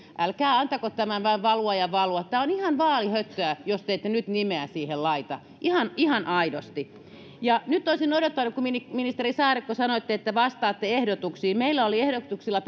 älkää antako tämän vain valua ja valua tämä on ihan vaalihöttöä jos te ette nyt nimeä siihen laita ihan ihan aidosti ja nyt olisin odottanut kun ministeri saarikko sanoitte että vastaatte ehdotuksiin että olisitte vastannut meillä perussuomalaisilla oli ehdotuksia